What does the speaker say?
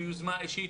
ביוזמה אישית,